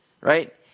right